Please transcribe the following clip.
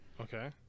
Okay